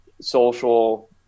social